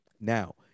now